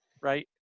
right